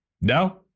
No